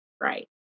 Right